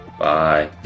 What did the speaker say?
Bye